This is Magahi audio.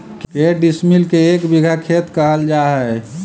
के डिसमिल के एक बिघा खेत कहल जा है?